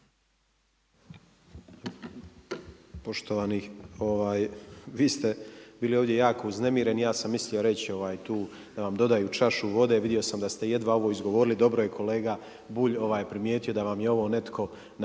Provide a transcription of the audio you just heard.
Poštovani, vi ste bili ovdje jako uznemireni, ja sam mislio reći tu da vam dodaju čašu vode, vidio sam da ste jedva ovo izgovorili, dobro je kolega Bulj, primijetio da vam je netko ovo